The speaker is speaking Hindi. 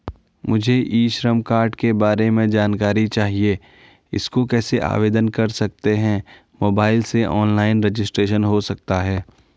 मुझे ई श्रम कार्ड के बारे में जानकारी चाहिए इसको कैसे आवेदन कर सकते हैं मोबाइल से ऑनलाइन रजिस्ट्रेशन हो सकता है?